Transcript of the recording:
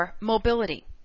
Mobility